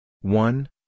one